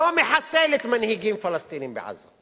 לא מחסלת מנהיגים פלסטינים בעזה,